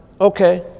okay